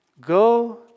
Go